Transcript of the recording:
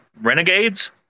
Renegades